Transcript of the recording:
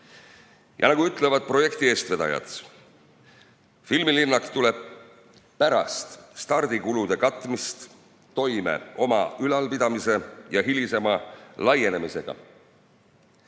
Nagu ütlevad projekti eestvedajad: filmilinnak tuleb pärast stardikulude katmist toime oma ülalpidamise ja hilisema laienemisega. Ma